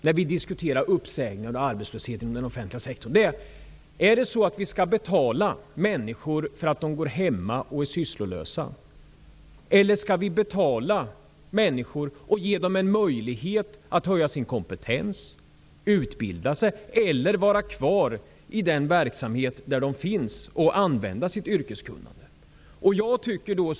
När vi diskuterar uppsägningarna och arbetslösheten inom den offentliga sektorn blir den relevanta och viktiga frågan om vi skall betala människor för att de går hemma och är sysslolösa eller om vi skall betala människor och ge dem en möjlighet att höja sin kompetens, utbilda sig eller vara kvar och använda sitt yrkeskunnande i den verksamhet där de finns.